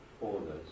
orders